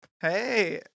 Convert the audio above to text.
Hey